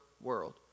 world